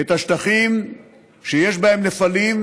את השטחים שיש בהם נפלים,